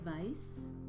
advice